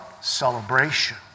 celebration